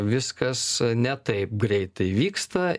viskas ne taip greitai vyksta